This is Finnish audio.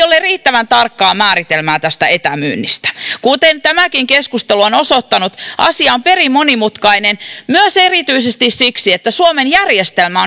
ole riittävän tarkkaa määritelmää tästä etämyynnistä kuten tämäkin keskustelu on osoittanut asia on perin monimutkainen myös erityisesti siksi että suomen järjestelmä